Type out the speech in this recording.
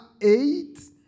eight